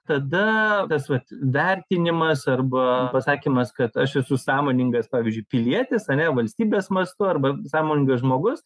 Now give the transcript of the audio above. tada tas vat vertinimas arba pasakymas kad aš esu sąmoningas pavyzdžiui pilietis ane valstybės mastu arba sąmoningas žmogus